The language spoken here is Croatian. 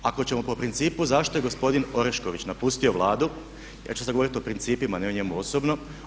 Ako ćemo po principu zašto je gospodin Orešković napustio Vladu, ja ću sad govoriti o principima ne o njemu osobno.